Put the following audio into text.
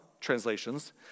translations